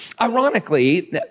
Ironically